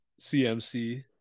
CMC